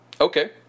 Okay